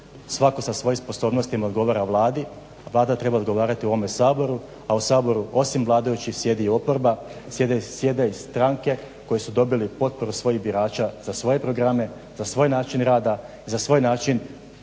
svaki sa svojim sposobnostima odgovara Vladi, a Vlada treba odgovarati ovome Saboru, a u Saboru osim vladajućih sjedi oporba, sjede i stranke koje su dobile potporu svojih birača za svoje programe, za svoj način rada, za svoj način